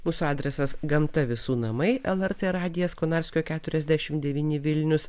mūsų adresas gamta visų namai lrt radijas konarskio keturiasdešimt devyni vilnius